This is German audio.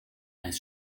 als